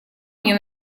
мне